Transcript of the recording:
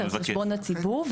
על חשבון הציבור.